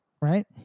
right